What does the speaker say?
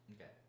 Okay